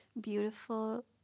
beautiful